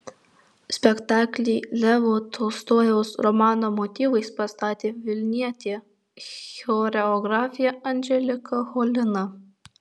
spektaklį levo tolstojaus romano motyvais pastatė vilnietė choreografė anželika cholina